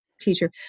teacher